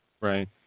Right